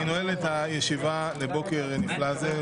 הישיבה נעולה.